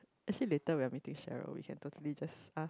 actually later we are meeting Cheryl we can totally just ask